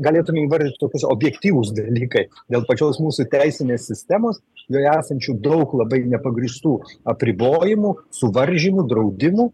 galėtume įvardyt tokius objektyvūs dalykai dėl pačios mūsų teisinės sistemos joje esančių daug labai nepagrįstų apribojimų suvaržymų draudimų